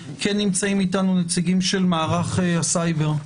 נמצאים איתנו נציגים של מערך הסייבר,